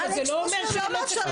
אבל זה לא אומר שהם לא צריכים לקבל כלום.